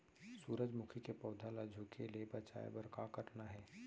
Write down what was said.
सूरजमुखी के पौधा ला झुके ले बचाए बर का करना हे?